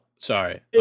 sorry